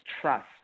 trust